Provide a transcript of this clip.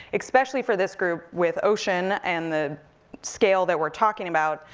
especially for this group with ocean, and the scale that we're talking about.